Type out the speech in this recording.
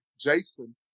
Jason